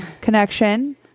connection